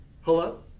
Hello